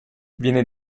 viene